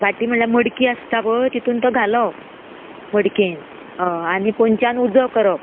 भाटी म्हणल्यार मडकी आसता पय तितून तो घालप मडकेन हय आनी पोंचान उजो करप